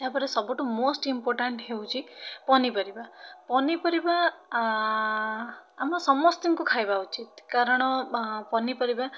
ତା'ପରେ ସବୁଠୁ most important ହେଉଛି ପନିପରିବା ପନିପରିବା ଆମ ସମସ୍ତଙ୍କୁ ଖାଇବା ଉଚିତ କାରଣ ପନିପରିବା